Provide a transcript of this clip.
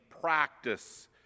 practice